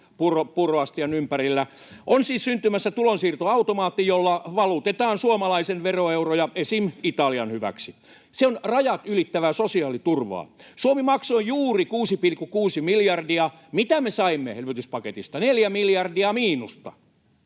puuroastian ympärillä. On siis syntymässä tulonsiirtoautomaatti, jolla valutetaan suomalaisen veroeuroja esim. Italian hyväksi. Se on rajat ylittävää sosiaaliturvaa. Suomi maksoi juuri 6,6 miljardia. Mitä me saimme elvytyspaketista? Neljä miljardia miinusta.